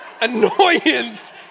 annoyance